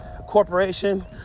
corporation